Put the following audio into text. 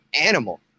animal